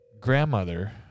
grandmother